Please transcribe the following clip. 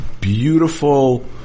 beautiful